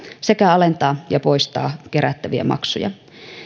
sekä alentaa ja poistaa kerättäviä maksuja